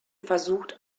versucht